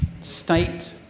state